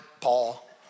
Paul